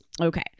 Okay